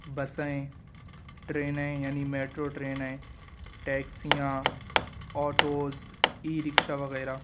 بسیں ٹرینیں یعنی میٹرو ٹرینیں ٹیکسیاں آٹوز ای رکشہ وغیرہ